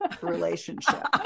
relationship